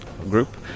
Group